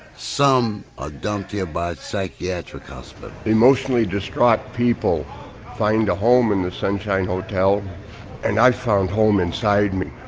some are dumped here by a psychiatric hospital emotionally distraught people find a home in the sunshine hotel and i found home inside me.